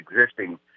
existing